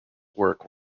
work